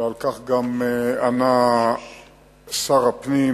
ועל כך גם ענה שר הפנים.